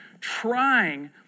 trying